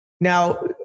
Now